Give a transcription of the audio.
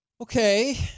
Okay